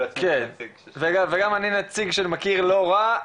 וגם אני נציג שמכיר לא רע,